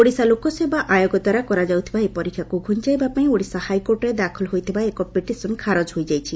ଓଡ଼ିଶା ଲୋକସେବା ଆୟୋଗ ଦ୍ୱାରା କରାଯାଉଥିବା ଏହି ପରୀକ୍ଷାକୁ ଘୁଞାଇବା ପାଇଁ ଓଡ଼ିଶା ହାଇକୋର୍ଟରେ ଦାଖଲ ହୋଇଥିବା ଏକ ପିଟିସନ୍ ଖାରଜ ହୋଇଯାଇଛି